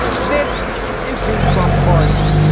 this is who trump pardoned.